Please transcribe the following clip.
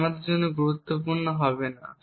যা আমাদের জন্য গুরুত্বপূর্ণ হবে না